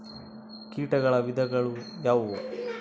ಕೇಟಗಳ ವಿಧಗಳು ಯಾವುವು?